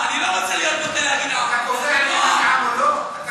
אני לא רוצה להיות, אתה קובע אם אני עם או לא?